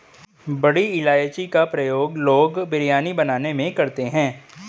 बड़ी इलायची का प्रयोग लोग बिरयानी बनाने में करते हैं